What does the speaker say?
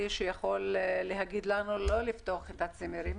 שיכול להגיד לנו למה לא לפתוח את הצימרים.